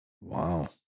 Wow